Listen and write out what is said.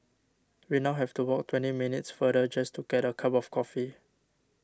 we now have to walk twenty minutes farther just to get a cup of coffee